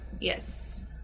Yes